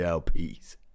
peace